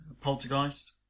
Poltergeist